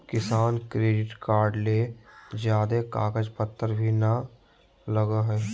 किसान credit card ले ज्यादे कागज पतर भी नय लगय हय